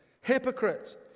Hypocrites